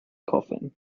coffin